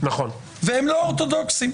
והם לא אורתודוכסים.